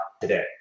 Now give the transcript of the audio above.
today